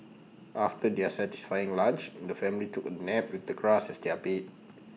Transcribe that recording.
after their satisfying lunch the family took A nap the grass as their bed